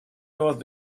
north